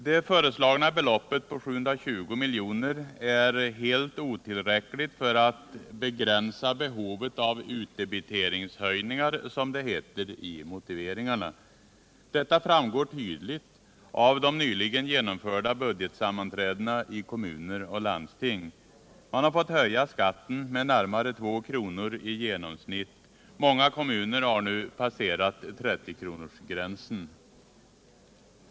Det föreslagna beloppet på 720 miljoner är helt otillräckligt för att ”begränsa behovet av utdebiteringshöjningar”, som det heter i motiveringarna. Detta framgår tydligt av de nyligen genomförda budgetsammanträdena i kommuner och landsting. Man har fått höja skatten med närmare 2 kr. i genomsnitt. Många kommuner har nu passerat 30-kronorsgränsen.